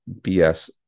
BS